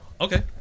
Okay